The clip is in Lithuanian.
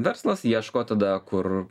verslas ieško tada kur